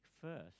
first